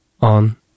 on